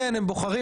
כן הם בוחרים,